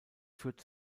führt